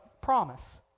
promise